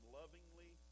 lovingly